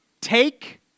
Take